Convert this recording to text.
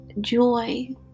joy